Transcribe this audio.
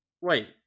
Wait